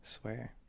Swear